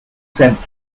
saint